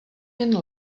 jen